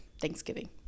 Thanksgiving